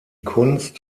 kunst